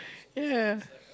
ya ya